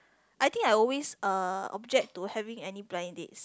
I think I always uh object to having any blind dates